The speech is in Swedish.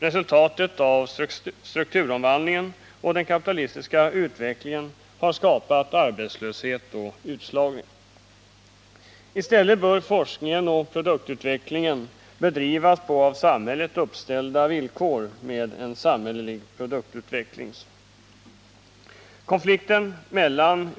Resultatet av strukturomvandlingen och den kapitalistiska utvecklingen har skapat arbetslöshet och utslagning. I stället bör forskningen och produktutvecklingen bedrivas på av samhället uppställda villkor med en samhällelig produktutveckling.